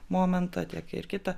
momentą tiek ir kitą